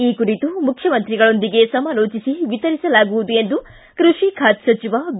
ಈ ಕುರಿತು ಮುಖ್ಯಮಂತ್ರಿಗಳೊಂದಿಗೆ ಸಮಾಲೋಚಿಸಿ ವಿತರಿಸಲಾಗುವುದು ಎಂದು ಕೃಷಿ ಖಾತೆ ಸಚಿವ ಬಿ